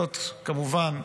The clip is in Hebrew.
זאת, כמובן,